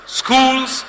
schools